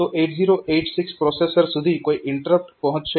તો 8086 પ્રોસેસર સુધી કોઈ ઇન્ટરપ્ટ પહોંચશે નહી